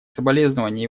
соболезнования